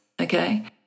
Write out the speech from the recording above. okay